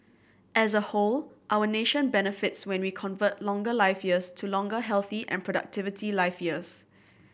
as a whole our nation benefits when we convert longer life years to longer healthy and productivity life years